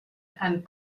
and